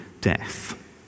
death